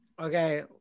Okay